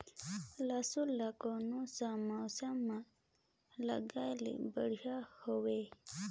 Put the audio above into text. लसुन ला कोन सा मौसम मां लगाय ले बढ़िया हवे?